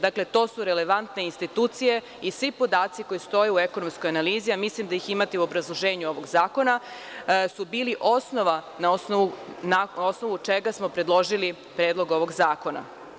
Dakle, to su relevantne institucije i svi podaci koji stoje u ekonomskoj analizi, a mislim da ih imate u obrazloženju ovog zakona, su bili osnova na osnovu čega smo predložili Predlog ovog zakona.